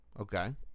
okay